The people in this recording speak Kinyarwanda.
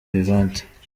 vivante